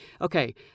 okay